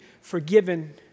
forgiven